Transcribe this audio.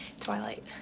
Twilight